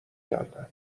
کردن